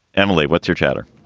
emily, what's your chatter?